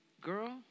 Girl